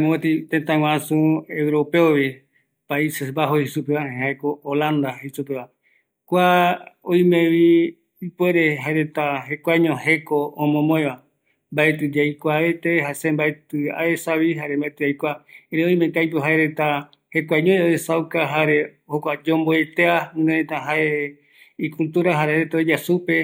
Kua jae tëtä Holanda, kuareta jeko momoere mbaetɨ yaikua mbate, jare yaesaavi, jaeramo jae, oïmeko aipo jaereta kïraï oesauko jeko omomoe iyɨpɨ reta oeya supe